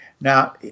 Now